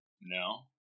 No